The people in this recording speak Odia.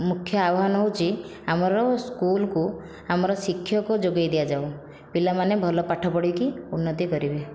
ମୁଖ୍ୟ ଆହ୍ୱାନ ହେଉଛି ଆମର ସ୍କୁଲକୁ ଆମର ଶିକ୍ଷକ ଯୋଗାଇ ଦିଆଯାଉ ପିଲାମାନେ ଭଲ ପାଠ ପଢ଼ିକି ଉନ୍ନତି କରିବେ